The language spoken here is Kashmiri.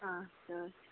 آچھا اچھا